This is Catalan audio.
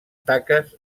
taques